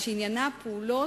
המסחר והתעסוקה